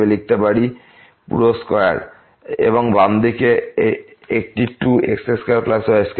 হিসাবে লিখতে পারি পুরো স্কয়ার এবং বাম দিকে একটি 2 x2y2